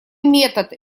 метод